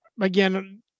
Again